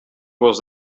was